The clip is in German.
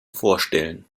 vorstellen